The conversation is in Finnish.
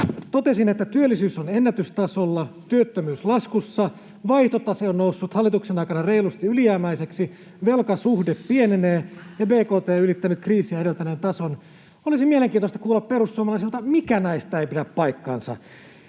Totesin, että työllisyys on ennätystasolla, työttömyys laskussa, vaihtotase on noussut hallituksen aikana reilusti ylijäämäiseksi, velkasuhde pienenee ja bkt on ylittänyt kriisiä edeltäneen tason. Olisi mielenkiintoista kuulla perussuomalaisilta, että mikä näistä ei pidä paikkaansa.